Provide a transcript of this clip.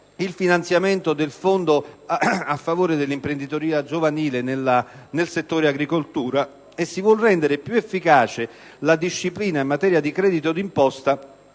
il finanziamento di un fondo a favore dell'imprenditoria giovanile nel settore agricolo. Si vuole, inoltre, rendere più efficace la disciplina in materia di credito d'imposta